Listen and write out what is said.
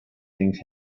things